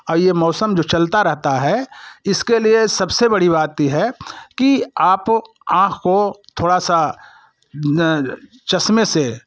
औउ ये मौसम जो चलता रहता है इसके लिए सबसे बड़ी बात ये है कि आप आँख को थोड़ा सा न चश्मे से